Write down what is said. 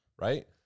right